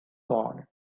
gone